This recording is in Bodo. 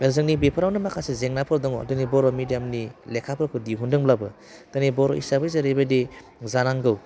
जोंनि बेफोरावनो माखासे जेंनाफोर दङ दिनै बर' मिडियामनि लेखाफोरखौ दिहुनदोंब्लाबो दिनै बर' हिसाबै जेरैबायदि जानांगौ